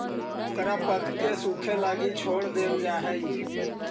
ओकरा पकके सूखे लगी छोड़ देल जा हइ